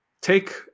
take